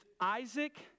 Isaac